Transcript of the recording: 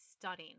stunning